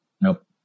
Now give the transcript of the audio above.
Nope